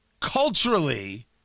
Culturally